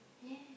yes